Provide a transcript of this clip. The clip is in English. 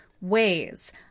ways